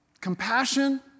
compassion